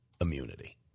immunity